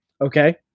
Okay